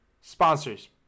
sponsors